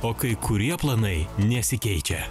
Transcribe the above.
o kai kurie planai nesikeičia